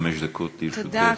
חמש דקות לרשותך.